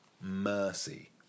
mercy